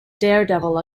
daredevil